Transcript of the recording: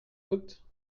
coûte